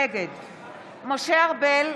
נגד משה ארבל,